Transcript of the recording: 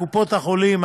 קופות-החולים,